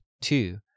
two